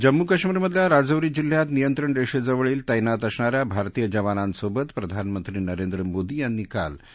जम्मू कश्मीरमधल्या राजौरी जिल्ह्यात नियंत्रण रेषेजवळील तैनात असणाऱ्या भारतीय जवानांसोबत प्रधानमंत्री नरेंद्र मोदी यांनी काल केली